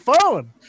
phone